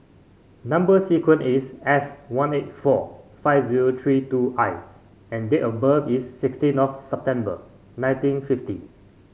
number sequence is S one eight four five zero three two I and date of birth is sixteen of September nineteen fifty